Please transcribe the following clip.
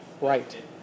Right